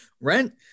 rent